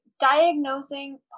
diagnosing